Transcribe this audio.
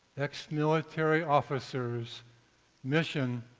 ex-military officer's mission